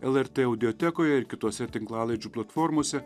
lrt audiotekoje ir kituose tinklalaidžių platformose